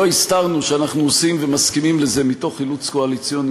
לא הסתרנו שאנחנו עושים ומסכימים לזה מתוך אילוץ קואליציוני,